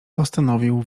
postanowił